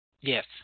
yes